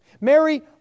Mary